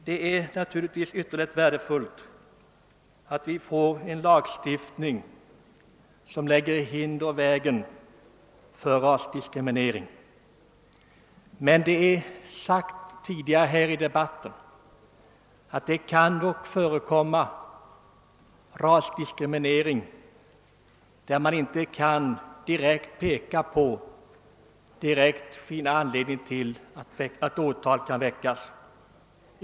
Det är naturligtvis ytterst värdefullt att vi får en lagstiftning som lägger hinder i vägen för rasdiskriminering, men som tidigare framhållits i debatten kan det dock förekomma fall av rasdiskriminering där man inte direkt kan finna anledning att väcka åtal.